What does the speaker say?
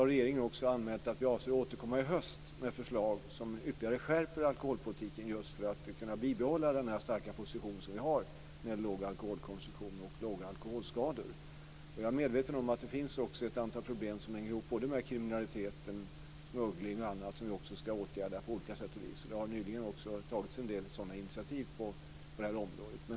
Regeringen har också meddelat att den avser att återkomma i höst med förslag som ytterligare skärper alkoholpolitiken just för att vi ska kunna bibehålla den starka position som vi har med en låg alkoholkonsumtion och låga alkoholskador. Jag är medveten om att det också finns ett antal problem som hänger ihop med kriminalitet, bl.a. smuggling, och dem ska vi åtgärda på olika sätt. Det har nyligen också tagits en del sådana initiativ på det här området.